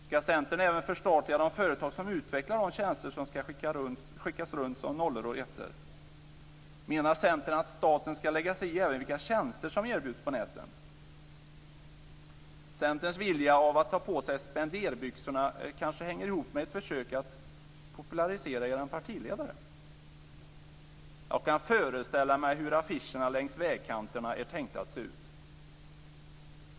Ska Centern förstatliga även de företag som utvecklar de tjänster som ska skickas runt som nollor och ettor? Menar Centern att staten ska lägga sig i även vilka tjänster som erbjuds på nätet? Centerns vilja att ta på sig spenderbyxorna kanske hänger ihop med ett försök att popularisera sin partiledare. Jag kan föreställa mig hur affischerna längs vägkanterna är tänkta att se ut.